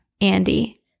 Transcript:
Andy